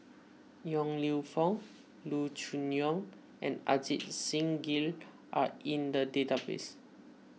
Yong Lew Foong Loo Choon Yong and Ajit Singh Gill are in the database